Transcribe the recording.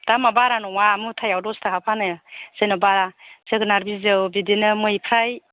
दामआ बारा नङा मुथायाव दस थाखा फानो जेनेबा जोगोनार बिजौ बिदिनो मैफ्राय